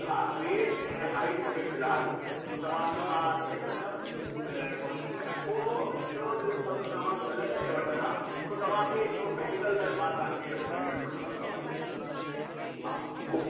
हा वेट ऐं हाइट खपे फ़िलहालु पोइ तव्हांखे मां चैक कंदुमि ऐं पॉलिसियूं ऐं पोइ हिकिड़ो जॾहिं सभु तव्हां सलेक्ट करे वठंदा त तव्हांखे हिकिड़ो मेडीकल ऐं मां तव्हांखे अपोइंटमेंट वठदुमि तव्हां जो ठीकु आहे हा